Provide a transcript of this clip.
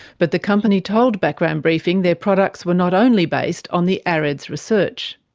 but the company told background briefing their products were not only based on the areds research.